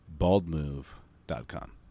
baldmove.com